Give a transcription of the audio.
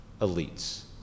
elites